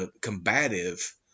combative